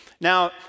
Now